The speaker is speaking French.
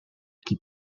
qui